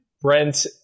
Brent